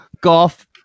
golf